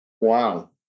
Wow